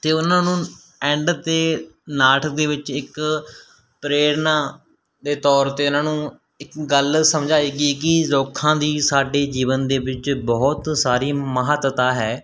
ਅਤੇ ਉਨ੍ਹਾਂ ਨੂੰ ਐਂਡ 'ਤੇ ਨਾਟਕ ਦੇ ਵਿੱਚ ਇੱਕ ਪ੍ਰੇਰਨਾ ਦੇ ਤੌਰ 'ਤੇ ਉਨ੍ਹਾਂ ਨੂੰ ਇੱਕ ਗੱਲ ਸਮਝਾਈ ਗਈ ਕਿ ਰੁੱਖਾਂ ਦੀ ਸਾਡੇ ਜੀਵਨ ਦੇ ਵਿੱਚ ਬਹੁਤ ਸਾਰੀ ਮਹੱਤਤਾ ਹੈ